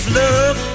love